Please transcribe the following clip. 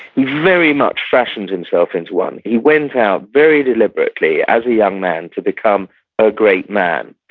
he very much fashioned himself into one. he went out very deliberately as a young man to become a great man,